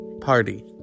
Party